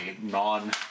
non